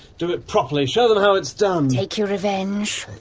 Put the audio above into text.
do it properly. show them how it's done. take your revenge.